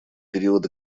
период